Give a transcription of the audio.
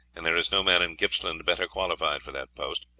and there is no man in gippsland better qualified for that post,